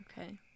okay